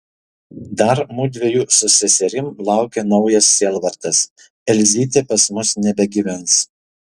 dar mudviejų su seserim laukia naujas sielvartas elzytė pas mus nebegyvens